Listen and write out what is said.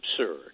absurd